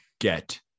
Get